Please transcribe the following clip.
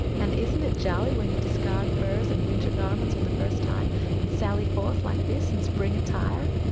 and isn't it jolly when you discard furs and winter garments for the first time and sally forth, like this, in spring attire?